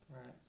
Right